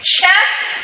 Chest